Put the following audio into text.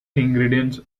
ingredients